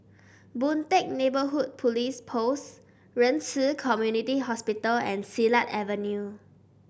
Boon Teck Neighbourhood Police Post Ren Ci Community Hospital and Silat Avenue